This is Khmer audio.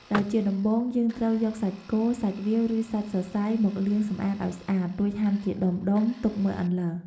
ដោយជាដំបូងយើងត្រូវយកសាច់គោ សាច់វៀវ ឬសាច់សសៃមកលាងសម្អាតឱ្យស្អាត រួចហាន់ជាដុំៗទុកមួយអន្លើ។